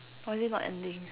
why is it not ending